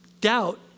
doubt